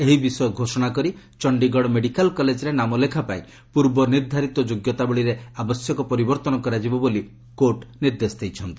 ଏହି ବିଷୟ ଘୋଷଣା କରି ଚଣ୍ଡୀଗଡ଼ ମେଡିକାଲ୍ କଲେଜ୍ରେ ନାମଲେଖାପାଇଁ ପୂର୍ବ ନିର୍ଦ୍ଧାରିତ ଯୋଗ୍ୟତାବଳୀରେ ଆବଶ୍ୟକ ପରିବର୍ତ୍ତନ କରାଯିବ ବୋଲି କୋର୍ଟ ନିର୍ଦ୍ଦେଶ ଦେଇଛନ୍ତି